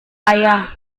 ayah